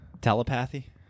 Telepathy